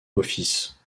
office